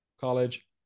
college